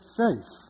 faith